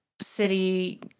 city